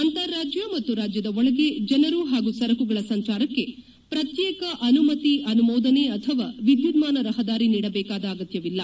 ಅಂತಾರಾಜ್ಜ ಮತ್ತು ರಾಜ್ಜದ ಒಳಗೆ ಜನರು ಮತ್ತು ಸರಕುಗಳ ಸಂಚಾರಕ್ಕೆ ಪ್ರತ್ಯೇಕ ಅನುಮತಿ ಅನುಮೋದನೆ ಅಥವಾ ವಿದ್ಯುನ್ನಾನ ರಹದಾರಿ ನೀಡಬೇಕಾದ ಅಗತ್ಯವಿಲ್ಲ